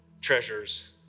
treasures